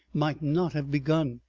might not have begun.